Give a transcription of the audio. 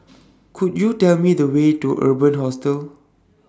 Could YOU Tell Me The Way to Urban Hostel